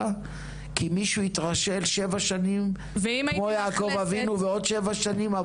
כי מישהו התרשל שבע שנים כמו יעקב אבינו ועוד שבע שנים?